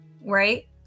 right